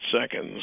seconds